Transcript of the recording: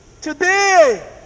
Today